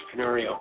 entrepreneurial